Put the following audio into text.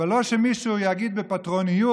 אבל לא שמישהו יגיד בפטרונות: